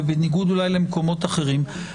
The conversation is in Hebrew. ובניגוד אולי למקומות אחרים,